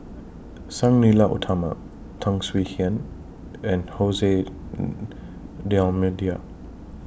Sang Nila Utama Tan Swie Hian and Hose D'almeida